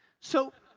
so,